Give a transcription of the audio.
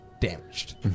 damaged